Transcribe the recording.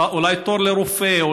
אולי תור לרופא,